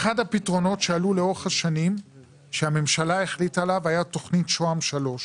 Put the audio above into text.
אחד הפתרונות שעלו לאורך השנים שהממשלה החליטה עליו היה תכנית שוה"ם 3,